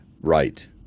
Right